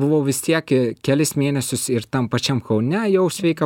buvau vis tiek kelis mėnesius ir tam pačiam kaune jau sveika